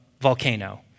volcano